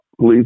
please